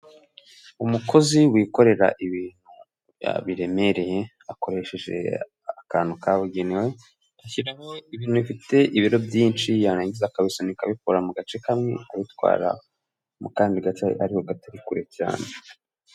Umukozi wikorera ibintu biremereye akoresheje akantu kabugenewe ashyiraho ibintu bifite ibiro byinshi yarangiza akabisunika abijyana abikura mu gace kamwe abitwara mu kandi ariko katari kure cyane.